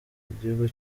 igihugu